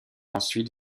ensuite